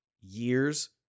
years